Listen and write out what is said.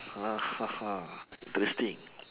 interesting